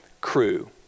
crew